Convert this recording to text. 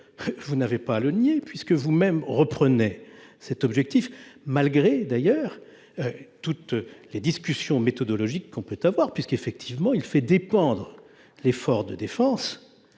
vous n'avez pas à le nier, puisque vous reprenez vous-même cet objectif, malgré toutes les discussions méthodologiques que l'on peut avoir. Car, effectivement, il fait dépendre l'effort de défense